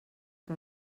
que